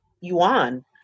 yuan